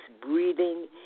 breathing